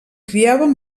criaven